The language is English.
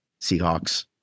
Seahawks